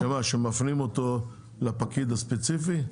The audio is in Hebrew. שמה, שמפנים אותו לפקיד הספציפי?